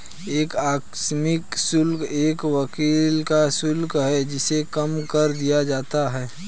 एक आकस्मिक शुल्क एक वकील का शुल्क है जिसे कम कर दिया जाता है